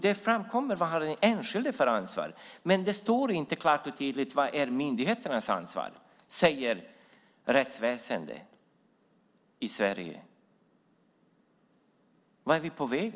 Det framkommer vad som är den enskildes ansvar, men det står inte klart och tydligt vad som är myndigheternas ansvar. Detta sägs av det svenska rättsväsendet. Vart är vi på väg?